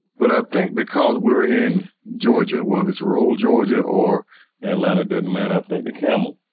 but i think because we're in georgia, whether it's rural georgia or atlanta, doesn't matter. i think the camel.